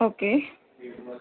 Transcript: okay